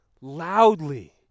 loudly